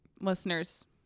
listeners